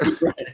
right